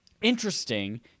interesting